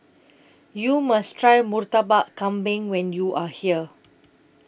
YOU must Try Murtabak Kambing when YOU Are here